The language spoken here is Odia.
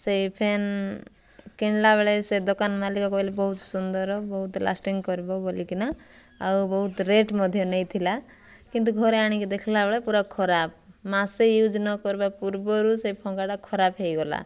ସେଇ ଫ୍ୟାନ୍ କିଣିଲା ବେଳେ ସେ ଦୋକାନ ମାଲିକ କହିଲେ ବହୁତ ସୁନ୍ଦର ବହୁତ ଲାଷ୍ଟିଂ କରିବ ବୋଲିକିନା ଆଉ ବହୁତ ରେଟ୍ ମଧ୍ୟ ନେଇଥିଲା କିନ୍ତୁ ଘରେ ଆଣିକି ଦେଖିଲା ବେଳେ ପୁରା ଖରାପ ମାସେ ୟୁଜ୍ ନକରିବା ପୂର୍ବରୁ ସେ ପଙ୍ଖାଟା ଖରାପ ହେଇଗଲା